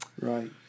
right